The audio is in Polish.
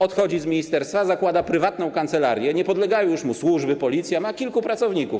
Odchodzi z ministerstwa, zakłada prywatną kancelarię, nie podlegają już mu służby i policja, ma kilku pracowników.